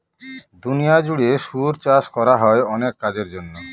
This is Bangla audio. দুনিয়া জুড়ে শুয়োর চাষ করা হয় অনেক কাজের জন্য